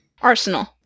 Arsenal